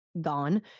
gone